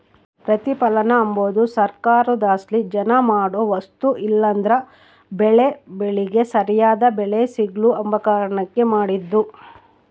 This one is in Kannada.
ಪ್ರತಿಪಲನ ಅಂಬದು ಸರ್ಕಾರುದ್ಲಾಸಿ ಜನ ಮಾಡೋ ವಸ್ತು ಇಲ್ಲಂದ್ರ ಬೆಳೇ ಬೆಳಿಗೆ ಸರ್ಯಾದ್ ಬೆಲೆ ಸಿಗ್ಲು ಅಂಬ ಕಾರಣುಕ್ ಮಾಡಿದ್ದು